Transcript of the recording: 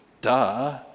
duh